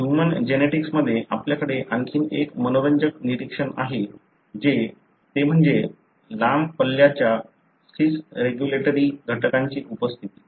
human जेनेटिक्समध्ये आपल्याकडे आणखी एक मनोरंजक निरीक्षण आहे ते म्हणजे लांब पल्ल्याच्या सीस रेग्यूलेटरी घटकांची उपस्थिती